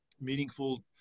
meaningful